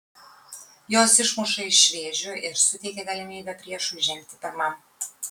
jos išmuša iš vėžių ir suteikia galimybę priešui žengti pirmam